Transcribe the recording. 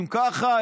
אם ככה,